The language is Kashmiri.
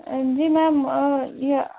جی میم یہ